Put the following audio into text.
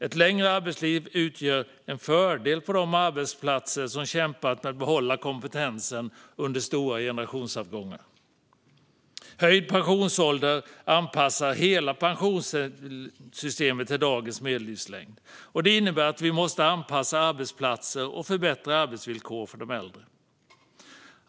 Ett längre arbetsliv utgör en fördel på de arbetsplatser som kämpar med att behålla kompetens under stora generationsavgångar. Höjd pensionsålder anpassar hela pensionssystemet till dagens medellivslängd. Det innebär att vi måste anpassa arbetsplatser och förbättra arbetsvillkoren för de äldre.